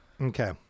Okay